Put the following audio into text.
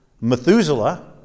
Methuselah